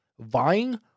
vying